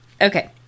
Okay